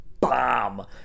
bomb